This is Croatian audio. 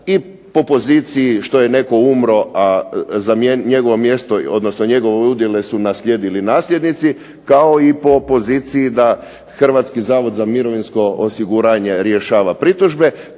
i po poziciji što je netko umro a njegove udjele su naslijedili nasljednici kao i po poziciji da Hrvatski zavod za mirovinsko osiguranje rješava pritužbe